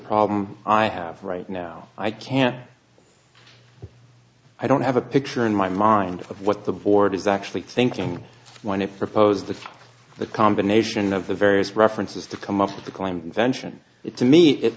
problem i have right now i can't i don't have a picture in my mind of what the board is actually thinking when it proposed to the combination of the various references to come up with the claim vention it to me it